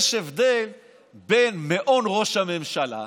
יש הבדל בין מעון ראש הממשלה,